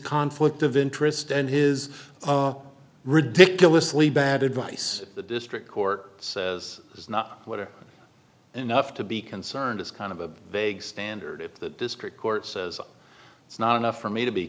conflict of interest and his ridiculously bad advice the district court says is not what or enough to be concerned it's kind of a vague standard if the district court says it's not enough for me to be